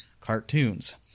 cartoons